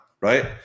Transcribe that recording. right